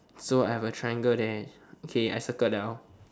so I've a triangle there okay I circle down